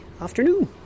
afternoon